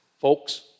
folks